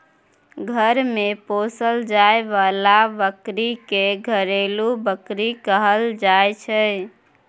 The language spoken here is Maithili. घर मे पोसल जाए बला बकरी के घरेलू बकरी कहल जाइ छै